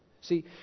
See